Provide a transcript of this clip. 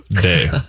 day